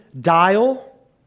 dial